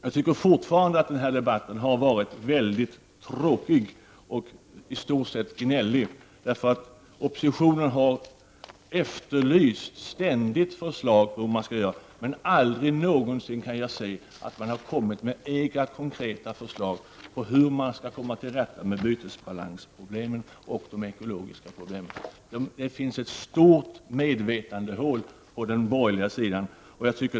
Jag tycker fortfarande att denna debatt har varit väldigt tråkig och i stort sett gnällig. Oppositionen har ständigt efterlyst förslag, men jag kan aldrig någonsin finna att den har kommit med egna konkreta förslag om hur man skall komma till rätta med bytesbalansproblemen och de ekologiska problemen. Det finns ett stort medvetandehål på den borgliga sidan.